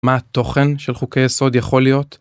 מה התוכן של חוקי יסוד יכול להיות?